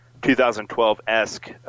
2012-esque